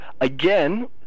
again